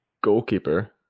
goalkeeper